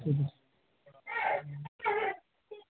ঠিক আছে